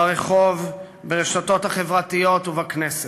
ברחוב, ברשתות החברתיות ובכנסת,